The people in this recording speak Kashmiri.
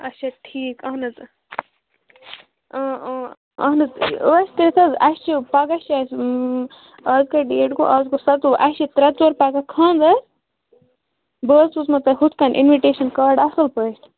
اچھا ٹھیٖک اہن حظ اۭں اۭں اہن حظ ٲسۍ تٔتھۍ حظ اَسہِ چھِ پگاہ چھِ اَسہِ آز کیاہ ڈیٹ گوٚو اَز گوٚو سَتووُہ اَسہِ چھِ ترٛےٚ ژور پَگاہ خاندَر بہٕ حظ سوزنو تۄہہِ ہُتھ کٔنۍ اِنوِٹیشَن کاڈ اَصٕل پٲٹھۍ